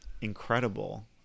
incredible